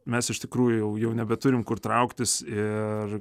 mes iš tikrųjų jau jau nebeturim kur trauktis ir